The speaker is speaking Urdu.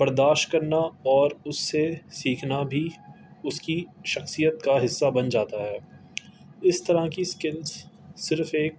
برداشت کرنا اور اس سے سیکھنا بھی اس کی شخصیت کا حصہ بن جاتا ہے اس طرح کی اسکلس صرف ایک